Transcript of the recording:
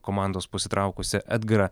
komandos pasitraukusį edgarą